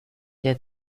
der